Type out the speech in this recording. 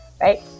right